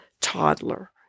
toddler